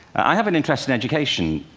i have an interest in education.